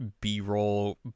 b-roll